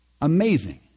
Amazing